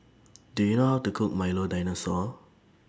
Do YOU know How to Cook Milo Dinosaur